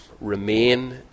Remain